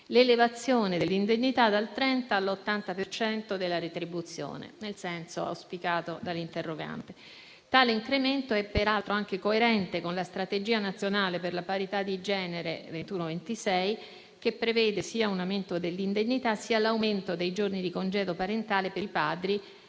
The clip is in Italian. l'elevazione dell'indennità dal 30 all'80 per cento della retribuzione, nel senso auspicato dall'interrogante. Tale incremento è peraltro anche coerente con la Strategia nazionale per la parità di genere 2021-2026, che prevede sia un aumento dell'indennità sia l'aumento dei giorni di congedo parentale per i padri,